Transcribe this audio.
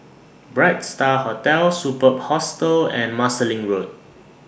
Bright STAR Hotel Superb Hostel and Marsiling Road